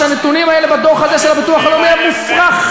שהנתונים האלה בדוח הזה של הביטוח הלאומי מופרכים.